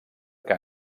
que